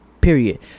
Period